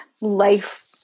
life